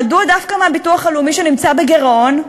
מדוע דווקא מהביטוח הלאומי, שנמצא בגירעון,